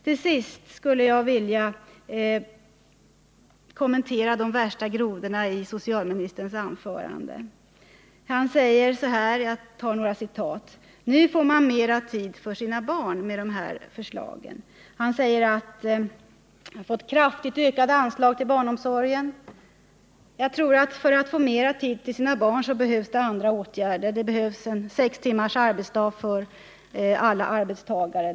Till sist skulle jag vilja kommentera de värsta grodorna i socialministerns anförande. Socialministern sade bl.a. så här: Med de förslag som har lagts fram kommer föräldrarna att få mera tid för sina barn. Förslaget innebär ett kraftigt ökat anslag till barnomsorgen. För att man skall få mera tid för sina barn tror jag att det behövs även andra åtgärder. Det behövs exempelvis sex timmars arbetsdag för alla arbetstagare.